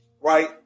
Right